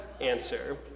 answer